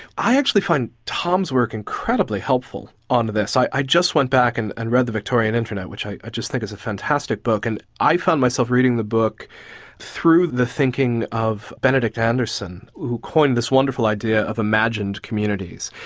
i actually find tom's work incredibly helpful on this. i just went back and and read the victorian internet, which i i just think is a fantastic book, and i found myself reading the book through the thinking of benedict anderson who coined this wonderful idea of imagined communities.